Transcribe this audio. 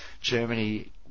Germany